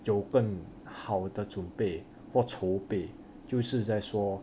有更好的准备或筹备就是再说